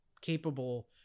capable